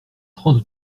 trente